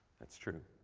that's true.